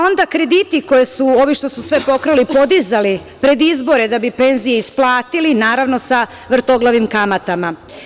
Onda krediti, ovi što su sve pokrali, podizali pred izbore da bi penzije isplatili, naravno sa vrtoglavim kamatama.